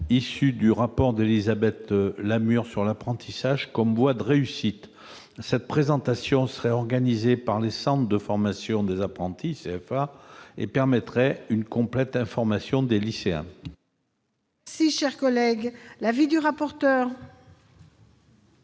issue du rapport d'Élisabeth Lamure sur l'apprentissage comme voie de réussite. Cette formation serait organisée par les centres de formation d'apprentis et permettrait une complète information des lycéens. Quel est l'avis de la